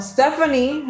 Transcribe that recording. Stephanie